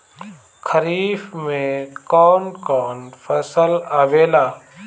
खरीफ में कौन कौन फसल आवेला?